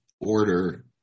order